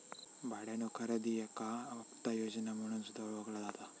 भाड्यानो खरेदी याका हप्ता योजना म्हणून सुद्धा ओळखला जाता